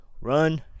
run